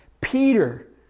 Peter